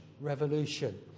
Revolution